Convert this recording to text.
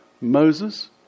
Moses